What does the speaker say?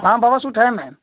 हाँ बहुत सूट हैं मेम